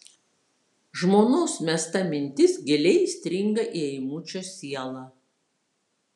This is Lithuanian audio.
žmonos mesta mintis giliai įstringa į eimučio sielą